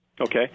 Okay